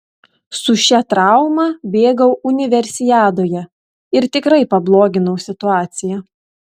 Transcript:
su šia trauma bėgau universiadoje ir tikrai pabloginau situaciją